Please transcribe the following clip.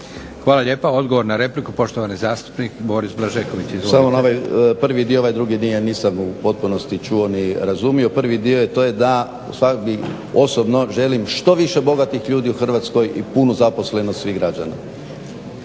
Hvala lijepa. Odgovor na repliku poštovani zastupnik Boris Blažeković. Izvolite. **Blažeković, Boris (HNS)** Samo na ovaj prvi dio, ovaj drugi nisam u potpunosti čuo ni razumio. Prvi dio to je da osobno želim što više bogatih ljudi u Hrvatskoj i punu zaposlenost svih građana.